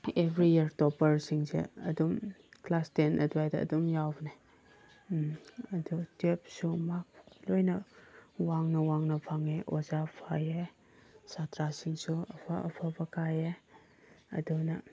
every year ꯇꯣꯞꯄꯔꯁꯤꯡꯁꯦ ꯑꯗꯨꯝ class ten ꯑꯗꯨꯋꯥꯏꯗ ꯑꯗꯨꯝ ꯌꯥꯎꯕꯅꯦ ꯑꯗꯨ ꯇ꯭ꯋꯦꯜꯐꯁꯨ ꯃꯥꯛ ꯂꯣꯏꯅ ꯋꯥꯡꯅ ꯋꯥꯡꯅ ꯐꯪꯉꯦ ꯑꯣꯖꯥ ꯐꯩꯌꯦ ꯁꯥꯇ꯭ꯔꯁꯤꯡꯁꯨ ꯑꯐ ꯑꯐꯕ ꯀꯥꯏꯌꯦ ꯑꯗꯨꯅ